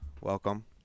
welcome